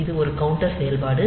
இது ஒரு கவுண்டர் செயல்பாடு